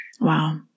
Wow